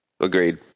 Agreed